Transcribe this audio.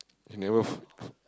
he never f~ f~